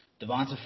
Devonta